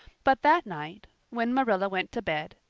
but that night, when marilla went to bed,